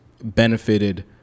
benefited